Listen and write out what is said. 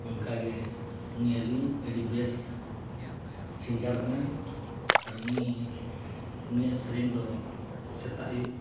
ᱚᱱᱠᱟ ᱜᱮ ᱩᱱᱤ ᱟᱹᱞᱤᱧ ᱟᱹᱰᱤ ᱵᱮᱥ ᱥᱤᱝᱜᱟᱨ ᱠᱟᱱᱟᱭ ᱟᱨ ᱩᱱᱤ ᱩᱱᱤᱭᱟᱜ ᱥᱮᱨᱮᱧ ᱫᱚ ᱥᱮᱛᱟᱜ ᱟᱹᱭᱩᱵ